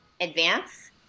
advance